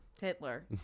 Hitler